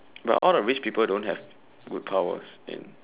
but all the rich people don't have good powers in